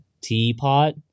teapot